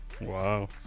Wow